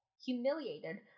Humiliated